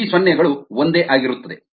ಈ ಸೊನ್ನೆಗಳು ಒಂದೇ ಆಗಿರುತ್ತವೆ